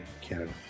Canada